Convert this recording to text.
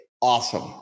Awesome